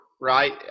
right